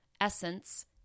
essence